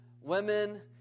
women